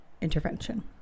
intervention